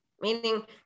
Meaning